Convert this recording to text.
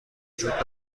وجود